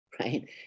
right